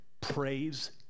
praise